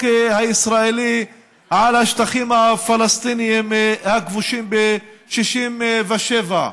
הישראלי על השטחים הפלסטיניים הכבושים ב-67'.